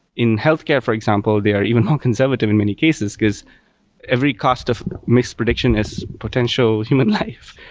in healthcare, for example, they are even more conservative in many cases, because every cost of miss prediction is potential human life.